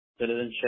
Citizenship